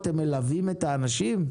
אתם מלווים את האנשים?